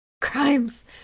crimes